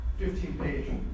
15-page